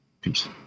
peace